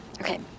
Okay